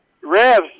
revs